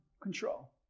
control